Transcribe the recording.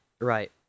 right